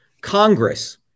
Congress